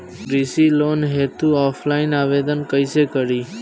कृषि लोन हेतू ऑफलाइन आवेदन कइसे करि?